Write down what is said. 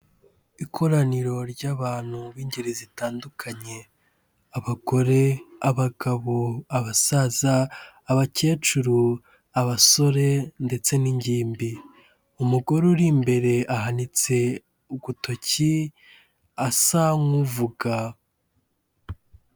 Ikoraniro ry'abantu b'ingeri zitandukanye abagore, abagabo, abasaza, abakecuru, abasore ndetse n'ingimbi, umugore uri imbere ahanitse ugutoki asa nk'uvuga.